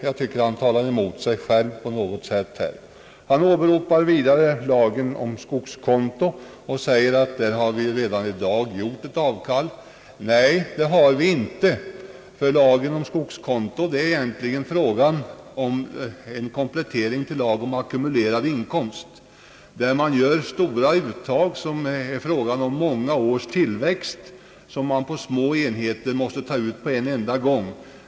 Jag tycker att han talar emot sig själv på något sätt. Han åberopar vidare lagstiftningen om taxering för inkomst av medel som insats på skogskonto och säger att vi i detta avseende redan har gjort ett avsteg. Nej, det har vi inte, ty lagen om insättning på skogskonto är egentligen en komplettering till lagen om beskattning av ackumulerad inkomst. Det gäller här fall där det är fråga om många års tillväxt, som man på små enheter måste ta ut på en enda gång.